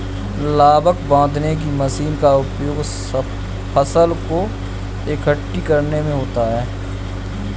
लावक बांधने की मशीन का उपयोग फसल को एकठी करने में होता है